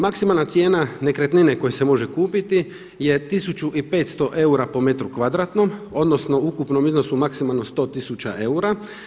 Maksimalna cijena nekretnine koja se može kupiti je 1500 eura po metru kvadratnom, odnosno u ukupnom iznosu maksimalno 100 tisuća eura.